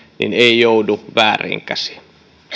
ei joudu vääriin käsiin